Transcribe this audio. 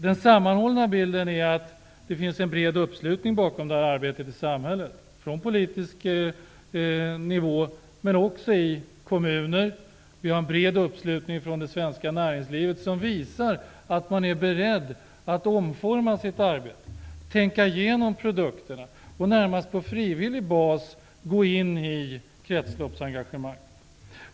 Den sammanhållna bilden är att det finns en bred uppslutning bakom det här arbetet från samhället, på rikspolitisk nivå men också i kommuner. Vi har en bred uppslutning från det svenska näringslivet, som visar att man är beredd att omforma sitt arbete, tänka igenom produkterna och närmast på frivillig bas gå in i kretsloppsengagemanget.